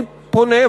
אני פונה,